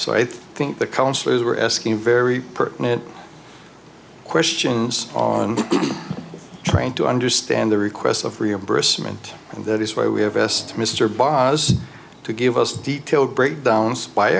so i think the counsellors were asking very pertinent questions on trying to understand the requests of reimbursement and that is why we have best mr boss to give us detailed breakdowns by